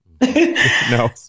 No